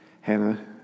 Hannah